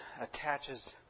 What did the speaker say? attaches